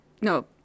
No